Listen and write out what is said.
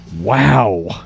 Wow